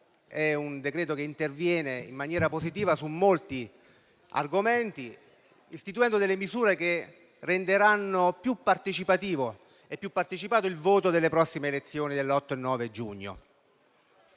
provvedimento interviene in maniera positiva su molti argomenti, istituendo delle misure che renderanno più partecipativo e più partecipato il voto delle prossime elezioni dell'8 e del 9 giugno.